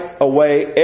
away